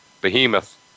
behemoth